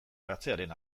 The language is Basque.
batzearen